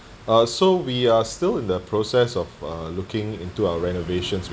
uh so we are still in the process of uh looking into our renovations